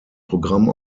programm